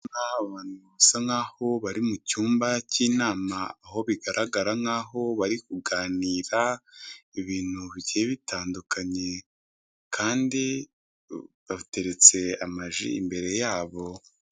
Basa nk'aho bari mu cyumba cy'inama, aho bigaragara nk'aho bari kuganira ibintu bigiye bitandukanye, kandi bateretse ama ji imbere yabo.